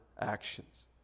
actions